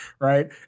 right